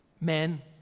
Men